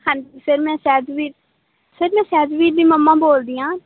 ਹਾਂਜੀ ਸਰ ਮੈਂ ਸਹਿਜਵੀਰ ਸਰ ਮੈਂ ਸਹਿਜਵੀਰ ਦੀ ਮੰਮਾ ਬੋਲਦੀ ਹਾਂ